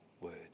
word